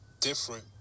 different